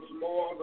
more